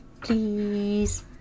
please